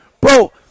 Bro